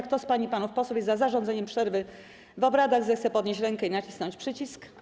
Kto z pań i panów posłów jest za zarządzeniem przerwy w obradach, zechce podnieść rękę i nacisnąć przycisk.